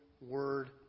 Word